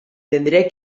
tendré